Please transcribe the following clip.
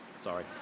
Sorry